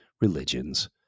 religions